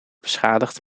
beschadigd